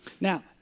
Now